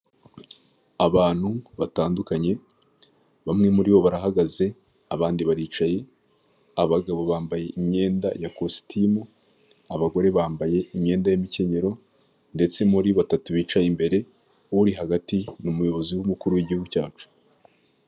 Abantu batandukanye, bamwe muri bo barahagaze, abandi baricaye. Abagabo bambaye imyenda ya kositimu, abagore bambaye imyenda y’imikenyero. Ndetse muri batatu bicaye imbere, uri hagati ni umuyobozi w’umukuru w’igihugu cyacu.